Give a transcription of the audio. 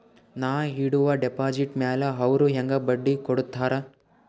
ನಾ ಇಡುವ ಡೆಪಾಜಿಟ್ ಮ್ಯಾಲ ಅವ್ರು ಹೆಂಗ ಬಡ್ಡಿ ಕೊಡುತ್ತಾರ?